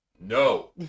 No